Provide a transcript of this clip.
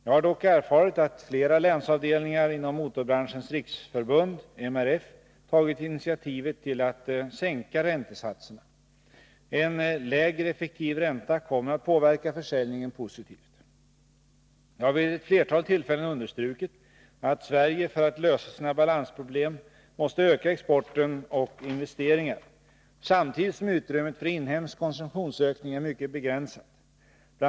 Jag har dock erfarit att flera länsavdelningar inom Motorbranschens riksförbund tagit initiativ till att sänka räntesatserna. En lägre effektiv ränta kommer att påverka försäljningen positivt. Jag har vid ett flertal tillfällen understrukit att Sverige för att lösa sina balansproblem måste öka exporten och investeringarna samtidigt som utrymmet för inhemsk konsumtionsökning är mycket begränsat. Bl.